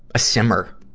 a simmer.